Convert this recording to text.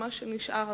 ומה שנשאר.